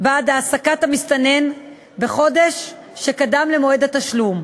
בעד העסקת המסתנן בחודש שקדם למועד התשלום.